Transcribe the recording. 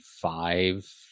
five